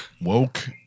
Woke